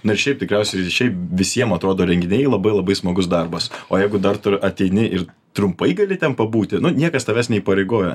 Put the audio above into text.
na ir šiaip tikriausiai šiaip visiem atrodo renginiai labai labai smagus darbas o jeigu dar tu ateini ir trumpai gali ten pabūti nu niekas tavęs neįpareigoja